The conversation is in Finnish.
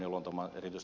arvoisa puhemies